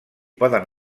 poden